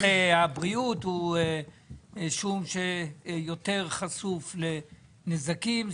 יותר חשוף לנזקים?